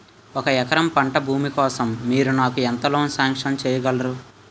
ఒక ఎకరం పంట భూమి కోసం మీరు నాకు ఎంత లోన్ సాంక్షన్ చేయగలరు?